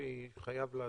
שאבי חייב לעזוב.